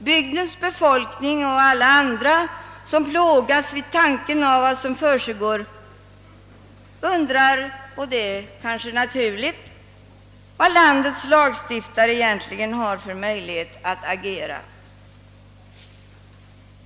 Bygdens befolkning och alla andra som plågas av tanken på vad som försiggår undrar — och det är kanske naturligt — vad landets lagstiftare egentligen har för möjlighet att agera.